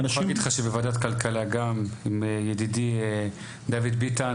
אני יכול להגיד לך שבוועדת כלכלה גם עם ידידי דויד ביטן,